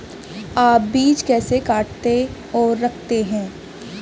आप बीज कैसे काटते और रखते हैं?